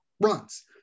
runs